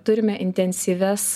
turime intensyvias